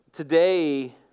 Today